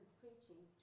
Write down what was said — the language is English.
preaching